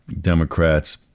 Democrats